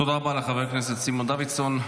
תודה רבה לחבר הכנסת סימון דוידסון.